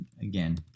Again